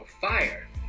fire